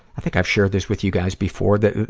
i think i've shared this with you guys before that,